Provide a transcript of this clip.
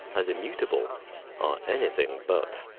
as immutable, are anything but.